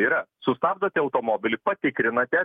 yra sustabdote automobilį patikrinate